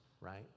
right